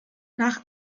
nach